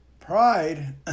Pride